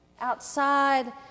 outside